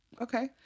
Okay